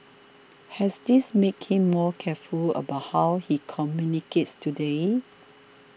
has this make him more careful about how he communicates today